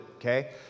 Okay